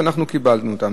שאנחנו קיבלנו אותן.